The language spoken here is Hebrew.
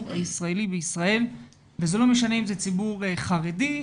הישראלי בישראל וזה לא משנה אם זה ציבור חרדי,